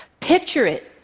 picture it,